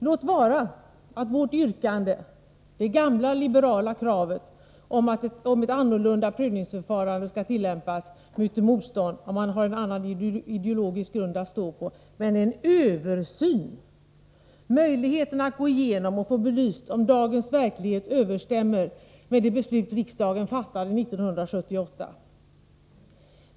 Låt vara att vårt yrkande, det gamla liberala kravet på att ett annorlunda prövningsförfarande skall tillämpas, möter motstånd om man har en annan ideologisk grund att stå på. Men det gäller en översyn! Det gäller alltså möjligheten att få belyst om dagens verklighet överensstämmer med det beslut som riksdagen fattade 1978.